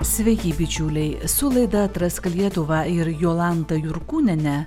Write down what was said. sveiki bičiuliai su laida atrask lietuvą ir jolanta jurkūniene